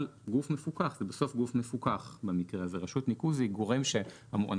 גוף ציבורי - ואני מזכיר: רשות ניקוז היא גוף שממלא